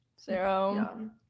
Zero